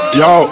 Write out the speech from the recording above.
yo